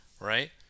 right